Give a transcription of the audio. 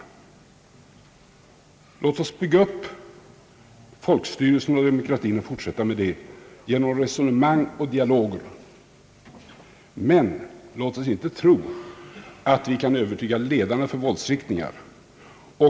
Låt oss fortsätta att bygga upp folkstyrelsen och demokratin genom resonemang och dialoger, men tro inte att vi kan övertyga ledarna för våldsriktningar.